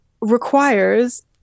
requires